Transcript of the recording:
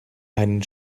einen